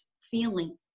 feeling